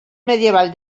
medieval